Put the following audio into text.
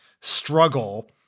struggle